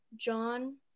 John